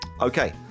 okay